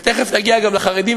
ותכף נגיע גם לחרדים,